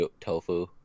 tofu